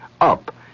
up